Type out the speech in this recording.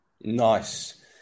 Nice